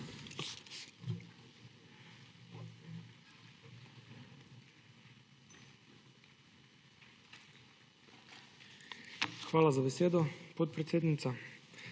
Hvala za besedo, podpredsednica.